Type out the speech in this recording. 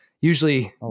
usually